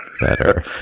Better